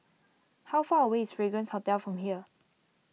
how far away is Fragrance Hotel from here